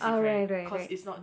oh right right right